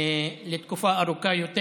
לתקופה ארוכה יותר,